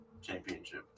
championship